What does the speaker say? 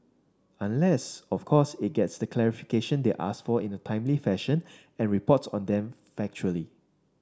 unless of course it gets the clarification they ask for in a timely fashion and reports on them factually